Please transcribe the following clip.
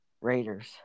Raiders